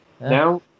Now